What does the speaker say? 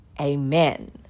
Amen